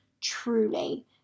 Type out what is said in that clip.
truly